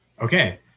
Okay